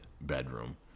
bedroom